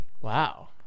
wow